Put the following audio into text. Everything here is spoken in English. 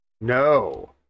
No